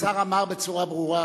השר אמר בצורה ברורה,